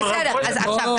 לא, ממש לא.